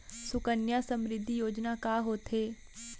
सुकन्या समृद्धि योजना का होथे